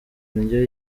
indyo